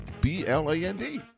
B-L-A-N-D